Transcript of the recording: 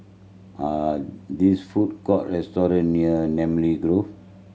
are these food court restaurant near Namly Grove